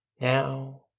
Now